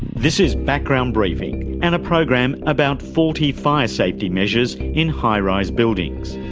this is background briefing and a program about faulty fire safety measures in high-rise buildings,